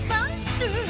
Monster